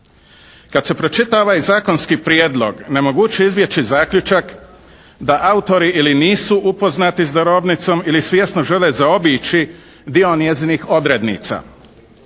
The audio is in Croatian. Kad se pročita ovaj zakonski prijedlog nemoguće je izbjeći zaključak da autori ili nisu upoznati s darovnicom ili svjesno žele zaobići dio njezinih odrednica.